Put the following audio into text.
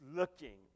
looking